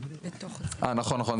אה נכון, נכון.